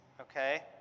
okay